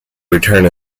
return